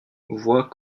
voit